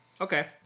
Okay